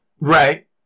Right